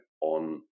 on